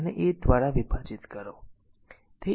આને a દ્વારા વિભાજીત કરો